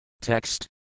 Text